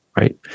Right